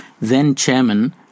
Then-chairman